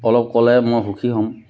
অলপ ক'লে মই সুখী হ'ম